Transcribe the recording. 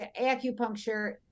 acupuncture